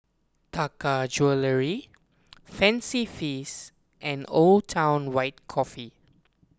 Taka Jewelry Fancy Feast and Old Town White Coffee